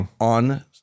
on